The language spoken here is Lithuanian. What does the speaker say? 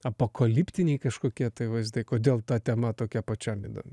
apokaliptiniai kažkokie tai vaizdai kodėl ta tema tokia pačiam įdomi